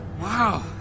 Wow